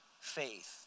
faith